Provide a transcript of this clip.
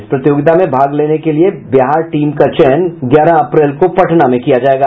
इस प्रतियोगिता में भाग लेने के के लिये बिहार टीम का चयन ग्यारह अप्रैल को पटना में किया जायेगा